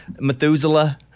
Methuselah